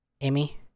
Amy